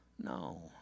No